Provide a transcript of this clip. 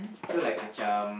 so like macam